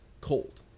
cold